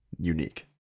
unique